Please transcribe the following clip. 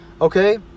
Okay